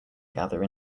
gather